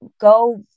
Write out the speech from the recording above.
go